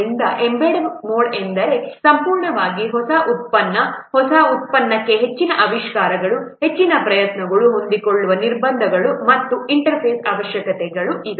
ಆದ್ದರಿಂದ embedded mode ಎಂದರೆ ಸಂಪೂರ್ಣವಾಗಿ ಹೊಸ ಉತ್ಪನ್ನ ಹೊಸ ಉತ್ಪನ್ನಕ್ಕೆ ಹೆಚ್ಚಿನ ಆವಿಷ್ಕಾರಗಳು ಹೆಚ್ಚಿನ ಪ್ರಯತ್ನಗಳು ಹೊಂದಿಕೊಳ್ಳುವ ನಿರ್ಬಂಧಗಳು ಮತ್ತು ಇಂಟರ್ಫೇಸ್ ಅವಶ್ಯಕತೆಗಳು ಇವೆ